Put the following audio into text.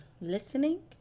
listening